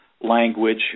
language